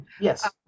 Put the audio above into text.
Yes